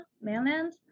mainland